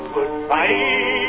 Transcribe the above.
Goodbye